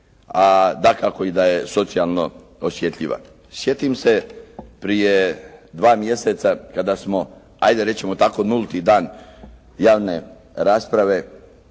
a dakako i da je socijalno osjetljiva. Sjetim se prije dva mjeseca kada smo ajde recimo nulti dan javne rasprave